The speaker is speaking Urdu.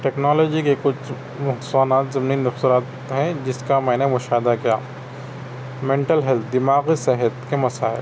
ٹیکنالوجی کے کچھ نقصانات نقصانات ہیں جس کا میں نے مشاہدہ کیا منٹل ہیلتھ دماغی صحت کے مسائل